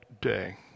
day